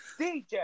DJ